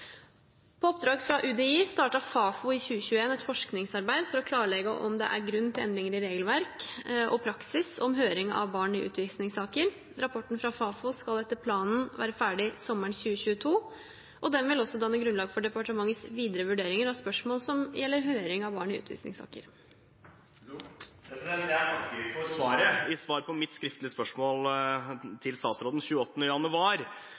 På oppdrag av UDI startet Fafo i 2021 et forskningsarbeid for å klarlegge om det er grunn til endringer i regelverk og praksis i høring av barn i utvisningssaker. Rapporten fra Fafo skal etter planen være ferdig sommeren 2022, og den vil også danne grunnlag for departementets videre vurderinger av spørsmål som gjelder høring av barn i utvisningssaker. I svaret på mitt skriftlige spørsmål til statsråden 28. januar